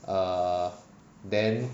err then